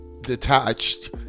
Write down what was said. detached